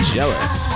jealous